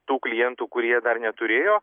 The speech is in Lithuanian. tų klientų kurie dar neturėjo